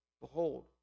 Behold